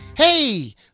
Hey